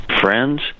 friends